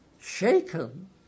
shaken